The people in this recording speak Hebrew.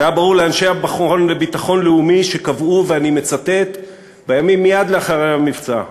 זה היה ברור לאנשי המכון לביטחון לאומי שקבעו בימים שמייד לאחר המבצע,